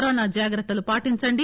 corona జాగ్రత్తలు పాటించండి